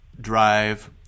drive